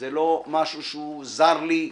זה לא משהו שהוא זר לי.